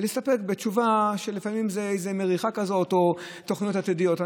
ולהסתפק בתשובה שלפעמים זו מריחה כזאת או תוכניות עתידיות.